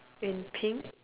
in pink